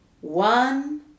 One